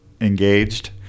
engaged